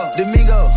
Domingo